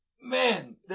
man